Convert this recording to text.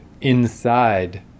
inside